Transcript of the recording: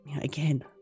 again